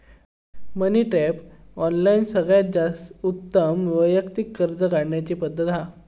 मनी tap, online सगळ्यात उत्तम व्यक्तिगत कर्ज काढण्याची पद्धत हा